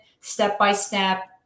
step-by-step